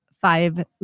five